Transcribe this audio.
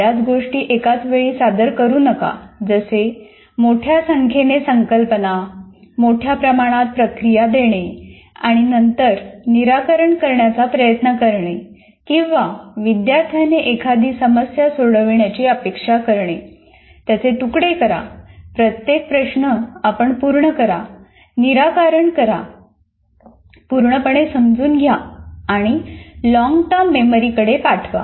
बर्याच गोष्टी एकाच वेळी सादर करू नका जसे मोठ्या संख्येने संकल्पना मोठ्या प्रमाणात प्रक्रिया देणे आणि नंतर निराकरण करण्याचा प्रयत्न करणे किंवा विद्यार्थ्याने एखादी समस्या सोडवण्याची अपेक्षा करणे त्याचे तुकडे करा प्रत्येक प्रश्न आपण पूर्ण करा निराकरण करा पूर्णपणे समजून घ्या आणि लॉन्गटर्म मेमरी कडे पाठवा